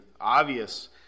obvious